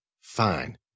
Fine